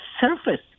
surface